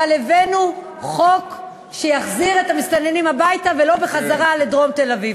אבל הבאנו חוק שיחזיר את המסתננים הביתה ולא בחזרה לדרום תל-אביב.